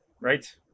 right